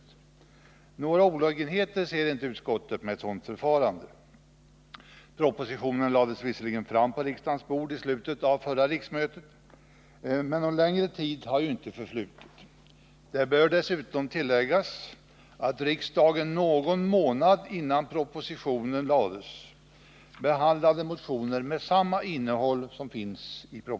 Några olägenheter ser inte utskottet med ett sådant förfarande. Propositionen lades visserligen fram på riksdagens bord i slutet av förra riksmötet, men någon längre tid har ju inte förflutit. Det bör dessutom tilläggas att riksdagen någon månad innan propositionen lades Nr 39 fram behandlade motioner med samma innehåll som propositionen.